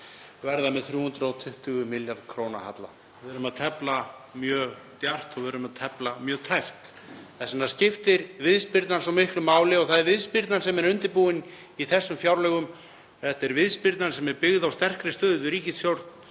verða með 320 milljarða kr. halla. Við erum að tefla mjög djarft og við erum að tefla mjög tæpt. Þess vegna skiptir viðspyrnan svo miklu máli og það er viðspyrnan sem er undirbúin í þessum fjárlögum. Þetta er viðspyrna sem er byggð á sterkri stöð ríkissjóðs.